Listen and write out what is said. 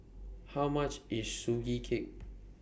How much IS Sugee Cake